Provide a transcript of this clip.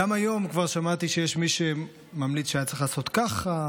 גם היום כבר שמעתי שיש מי שממליץ: היה צריך לעשות ככה,